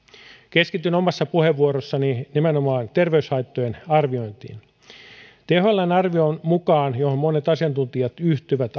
keskityn omassa puheenvuorossani nimenomaan terveyshaittojen arviointiin thln arvion johon monet asiantuntijat yhtyvät